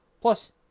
Plus